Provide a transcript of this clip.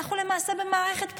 אנחנו למעשה במערכת בחירות.